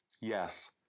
Yes